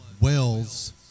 Wales